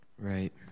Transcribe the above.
Right